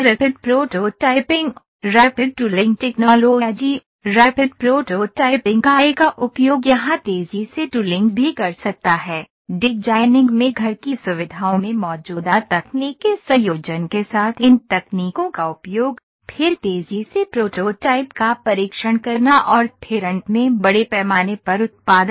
rapid prototyping rapid tooling technology rapid prototyping I का उपयोग यहां तेजी से टूलिंग भी कर सकता है डिजाइनिंग में घर की सुविधाओं में मौजूदा तकनीक के संयोजन के साथ इन तकनीकों का उपयोग फिर तेजी से प्रोटोटाइप का परीक्षण करना और फिर अंत में बड़े पैमाने पर उत्पादन